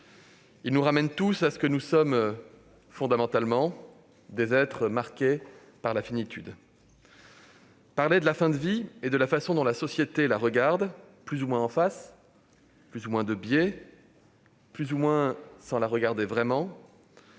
Il nous ramène tous à ce que nous sommes fondamentalement : des êtres marqués par la finitude. Parler de la fin de vie et de la façon dont la société la regarde, plus ou moins en face, plus ou moins de biais, c'est placer au